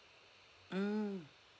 mm